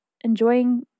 enjoying